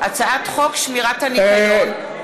הצעת חוק שמירת הניקיון,